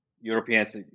Europeans